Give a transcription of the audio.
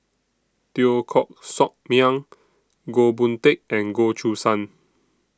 Teo Koh Sock Miang Goh Boon Teck and Goh Choo San